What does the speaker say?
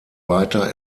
weiter